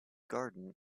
garden